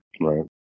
Right